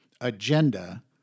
agenda